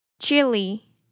chili